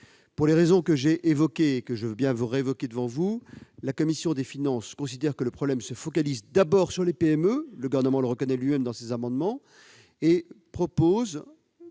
Pour les raisons que j'ai déjà évoquées et que je veux bien répéter devant vous, la commission des finances considère que le problème se focalise d'abord sur les PME- le Gouvernement le reconnaît lui-même au travers de ses amendements -et, plutôt